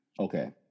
Okay